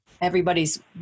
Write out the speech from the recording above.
everybody's